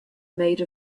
made